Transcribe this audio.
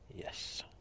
yes